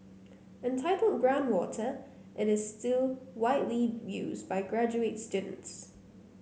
entitled Groundwater it is still widely used by graduate students